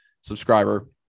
subscriber